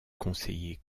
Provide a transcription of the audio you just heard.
conseiller